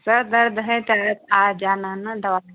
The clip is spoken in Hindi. सर दर्द है तो आ जाना ना दवा लेने